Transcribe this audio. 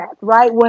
right